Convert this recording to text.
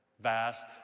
vast